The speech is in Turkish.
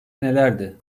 nelerdi